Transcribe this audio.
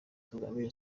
tugamije